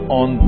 on